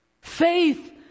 Faith